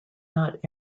not